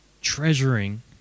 Treasuring